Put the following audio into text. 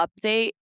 update